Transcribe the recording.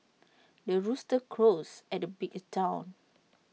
the rooster crows at the break of dawn